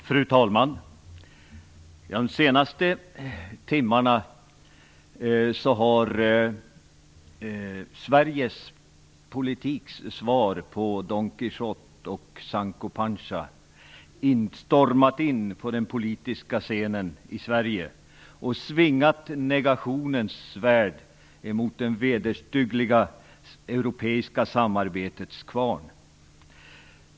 Fru talman! De senaste timmarna har svensk politiks svar på don Quijote och Sancho Panza stormat in på den politiska scenen i Sverige och svingat negationens svärd mot det vederstyggliga europeiska samarbetets kvarn.